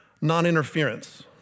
non-interference